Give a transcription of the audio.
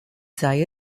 sei